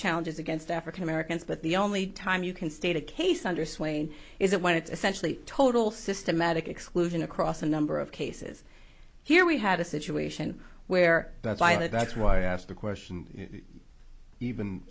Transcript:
challenges against african americans but the only time you can state a case under swain is that when it's essentially total systematic exclusion across a number of cases here we have a situation where that's violent that's why i asked the question even